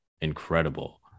incredible